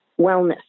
wellness